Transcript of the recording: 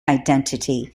identity